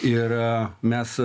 ir mes